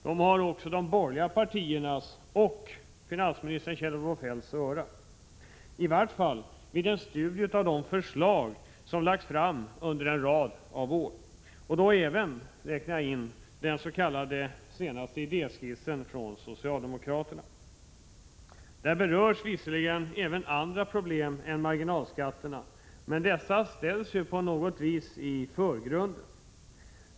De har också de borgerliga partiernas och finansminister Kjell-Olof Feldts öra. I varje fall verkar det så vid en studie av de förslag som lagts fram under en rad år, och då räknar jag även in den senaste s.k. idéskissen från socialdemokraterna. Där berörs visserligen även andra problem än marginalskatterna, men dessa ställs på något sätt i förgrunden.